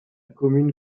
commune